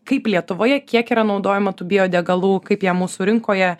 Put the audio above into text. kaip lietuvoje kiek yra naudojama tų biodegalų kaip jie mūsų rinkoje